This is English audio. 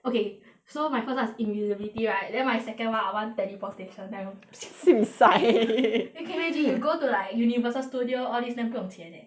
okay so my first was invisibility right then my second [one] I want teleportation 那种 then can you imagine you go to like Universal Studio all these 不用钱的 leh